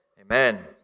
Amen